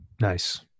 Nice